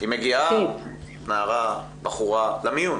מגיעה נערה או בחורה למיון